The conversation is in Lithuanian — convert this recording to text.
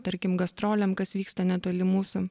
tarkim gastrolėm kas vyksta netoli mūsų